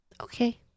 okay